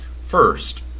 First